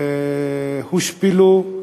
והושפלו,